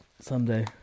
someday